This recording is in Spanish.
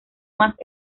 más